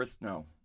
No